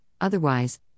otherwise